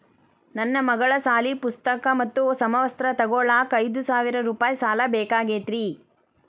ನನ್ನ ಮಗಳ ಸಾಲಿ ಪುಸ್ತಕ್ ಮತ್ತ ಸಮವಸ್ತ್ರ ತೊಗೋಳಾಕ್ ಐದು ಸಾವಿರ ರೂಪಾಯಿ ಸಾಲ ಬೇಕಾಗೈತ್ರಿ